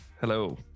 Hello